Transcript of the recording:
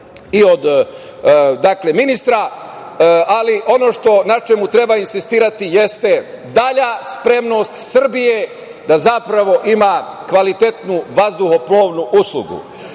i od ministra, ono na čemu treba insistirati jeste dalja spremnost Srbije da ima kvalitetnu vazduhoplovnu uslugu.